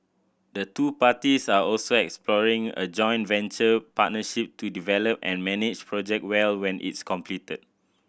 the two parties are also exploring a joint venture partnership to develop and manage Project Jewel when it is completed